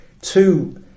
two